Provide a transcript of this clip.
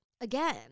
again